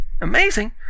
amazing